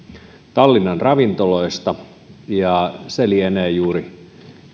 tallinnan ravintoloista ja se lienee juuri